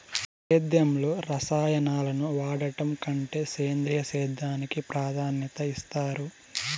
సేద్యంలో రసాయనాలను వాడడం కంటే సేంద్రియ సేద్యానికి ప్రాధాన్యత ఇస్తారు